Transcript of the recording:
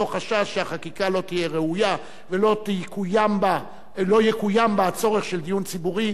מתוך חשש שהחקיקה לא תהיה ראויה ולא יקוים בה הצורך של דיון ציבורי,